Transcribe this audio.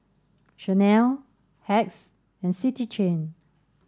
Chanel Hacks and City Chain